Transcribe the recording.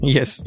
Yes